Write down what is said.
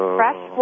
fresh